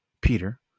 Peter